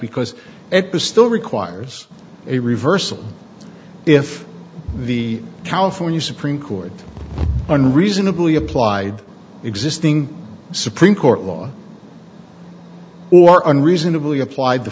because it does still requires a reversal if the california supreme court unreasonably applied existing supreme court law or unreasonably applied the